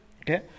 Okay